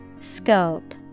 Scope